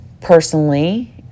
personally